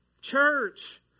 Church